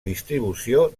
distribució